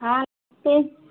हाँ ते